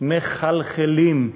מחלחלים.